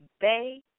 Bay